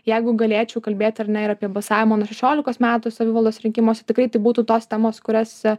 jeigu galėčiau kalbėti ar ne ir apie balsavimo nuo šešiolikos metų savivaldos rinkimuose tikrai tai būtų tos temos kurias